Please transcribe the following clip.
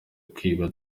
kwibwa